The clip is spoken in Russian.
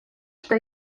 что